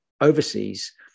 overseas